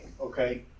okay